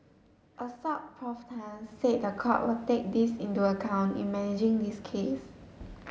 Assoc Prof Tan said the court will take this into account in managing this case